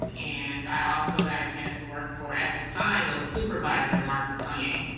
um and i also got a chance to work for, at the time, was supervisor mark desonja.